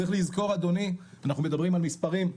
צריך לזכור אדוני אנחנו מדברים על מספרים,